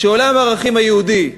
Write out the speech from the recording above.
כשעולם הערכים היהודי,